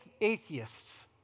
atheists